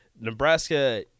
Nebraska